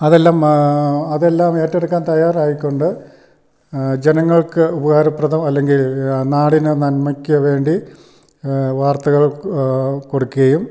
അതെല്ലാം അതെല്ലാം ഏറ്റെടുക്കാൻ തയ്യാറായി കൊണ്ട് ജനങ്ങൾക്ക് ഉപകാരപ്രദം അല്ലെങ്കിൽ നാടിനെ നന്മയ്ക്ക് വേണ്ടി വാർത്തകൾ കൊടുക്കേം